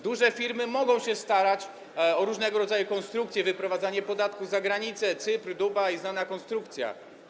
Duże firmy mogą się starać o różnego rodzaju konstrukcje, wyprowadzenie podatków za granicę - Cypr, Dubaj, znana konstrukcja.